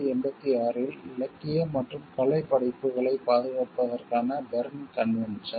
1886 இல் இலக்கிய மற்றும் கலைப் படைப்புகளைப் பாதுகாப்பதற்கான பெர்ன் கன்வென்ஷன்